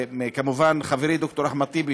כמובן לחברי ד"ר אחמד טיבי,